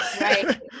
Right